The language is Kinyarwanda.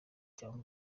cyangwa